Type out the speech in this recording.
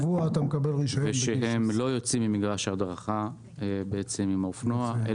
ושהם לא יוצאים ממגרש ההדרכה עם האופנוע.